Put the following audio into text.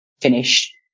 finish